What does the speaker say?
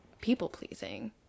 people-pleasing